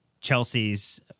Chelsea's